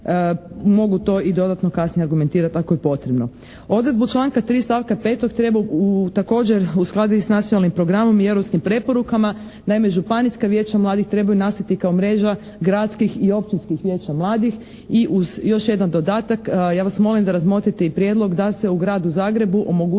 Mogu to i dodatno kasnije argumentirati ako je potrebno. Odredbu članka 3. stavka 5. treba također uskladiti s Nacionalnim programom i europskim preporukama. Naime, županijska vijeća mladih trebaju nastati kao mreža gradskih i općinskih vijeća mladih. I uz još jedan dodatak, ja vas molim da razmotrite i prijedlog da se u Gradu Zagrebu omogući